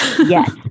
Yes